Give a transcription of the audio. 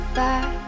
back